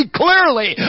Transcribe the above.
clearly